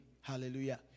Hallelujah